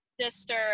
sister